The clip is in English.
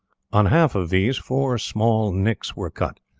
on half of these four small nicks were cut,